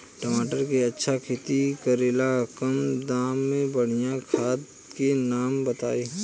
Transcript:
टमाटर के अच्छा खेती करेला कम दाम मे बढ़िया खाद के नाम बताई?